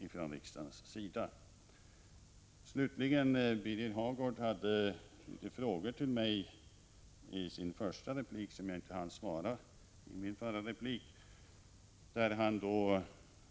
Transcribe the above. I sin första replik ställde Birger Hagård en del frågor till mig som jag inte hann svara på i min förra replik. Han